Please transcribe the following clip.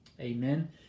Amen